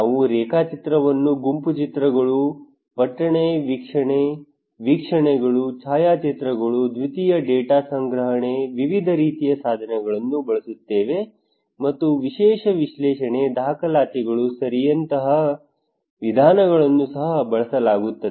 ನಾವು ರೇಖಾಚಿತ್ರವನ್ನು ಗುಂಪು ಚರ್ಚೆಗಳು ಪಟ್ಟಣ ವೀಕ್ಷಣೆ ವೀಕ್ಷಣೆಗಳು ಛಾಯಾಚಿತ್ರಗಳು ದ್ವಿತೀಯ ಡೇಟಾ ಸಂಗ್ರಹಣೆ ವಿವಿಧ ರೀತಿಯ ಸಾಧನಗಳನ್ನು ಬಳಸುತ್ತೇವೆ ಮತ್ತು ವಿಷಯ ವಿಶ್ಲೇಷಣೆ ದಾಖಲಾತಿಗಳು ಸರಿಯಂತಹ ವಿಧಾನಗಳನ್ನು ಸಹ ಬಳಸಲಾಗುತ್ತದೆ